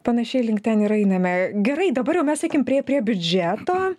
panašiai link ten ir einame gerai dabar jau mes eikim prie prie biudžeto